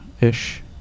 Ish